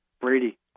Brady